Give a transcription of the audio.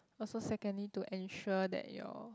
also secondly to ensure that your